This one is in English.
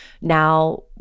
now